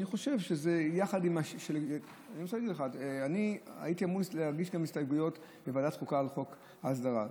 אני חושב שאני הייתי אמור להגיש הסתייגויות בוועדת החוקה על חוק ההסדרה,